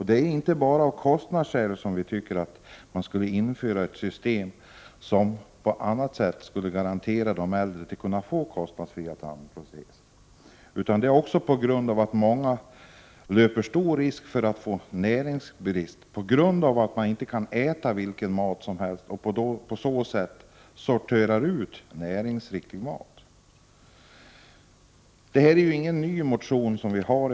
Det är inte bara av kostnadsskäl som vi tycker att man skall införa ett system som kan garantera de äldre kostnadsfria tandproteser. Ett annat skäl är att många löper risk att få näringsbrist på grund av att de inte kan äta vilken mat som helst. Dessa människor sorterar nämligen av den anledningen ut näringsriktig mat.